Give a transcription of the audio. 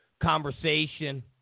conversation